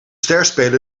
sterspeler